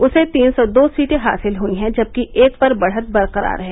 उसे तीन सौ दो सीटें हासिल हुयी हैं जबकि एक पर बढ़त बरकरार है